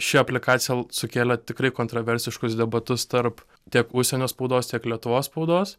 ši aplikacija sukėlė tikrai kontroversiškus debatus tarp tiek užsienio spaudos tiek lietuvos spaudos